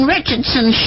Richardson